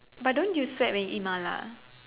but don't you sweat when you eat mala